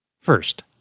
First